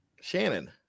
Shannon